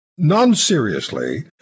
non-seriously